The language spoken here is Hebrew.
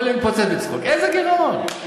כל ילד מתפוצץ מצחוק, איזה גירעון?